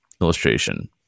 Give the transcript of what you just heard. illustration